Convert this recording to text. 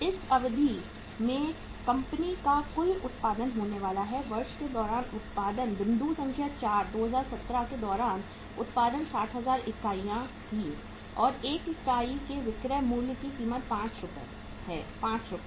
इस अवधि में कंपनी का कुल उत्पादन होने वाला है वर्ष के दौरान उत्पादन बिंदु संख्या 4 2017 के दौरान उत्पादन 60000 इकाइयाँ थीं और 1 इकाई के विक्रय मूल्य की कीमत 5 रु है रु 5